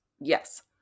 Yes